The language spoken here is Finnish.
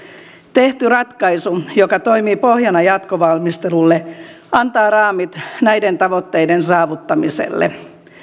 tehty ratkaisu joka toimii pohjana jatkovalmistelulle antaa raamit näiden tavoitteiden saavuttamiselle